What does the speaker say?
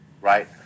right